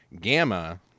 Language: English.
Gamma